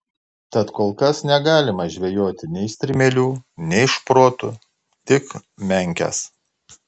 tad kol kas negalima žvejoti nei strimelių nei šprotų tik menkes